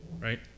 right